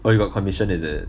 orh you got commission is it